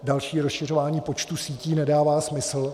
Další rozšiřování počtu sítí nedává smysl.